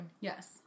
Yes